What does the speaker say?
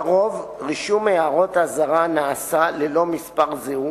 לרוב, רישום הערות אזהרה נעשה ללא מספר זהות,